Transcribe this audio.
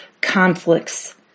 conflicts